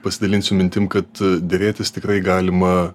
pasidalinsiu mintim kad derėtis tikrai galima